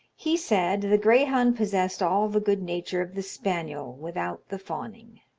he said the greyhound possessed all the good nature of the spaniel without the fawning.